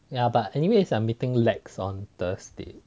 ya but anyway I am meeting lex on thursday